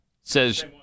says